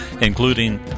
including